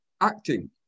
acting